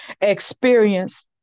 experience